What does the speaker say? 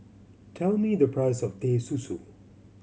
tell me the price of Teh Susu